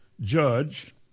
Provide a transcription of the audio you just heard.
judge